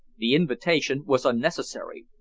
the invitation was unnecessary.